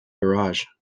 garage